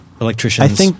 electricians